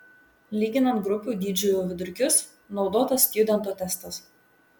lyginant grupių dydžių vidurkius naudotas stjudento testas